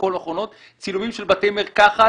צילומים של בתי מרקחת,